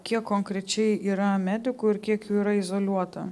kiek konkrečiai yra medikų ir kiek jų yra izoliuota